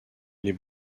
les